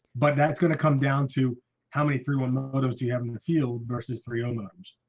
but that's going to come down to how many three one of those do you have in in the field versus three alarms?